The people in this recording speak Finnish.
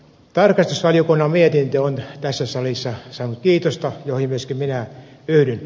tarkastusvaliokunnan mietintö on tässä salissa saanut kiitosta johon myöskin minä yhdyn